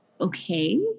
okay